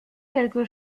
quelque